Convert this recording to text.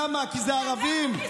למה, כי זה ערבים?